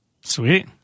Sweet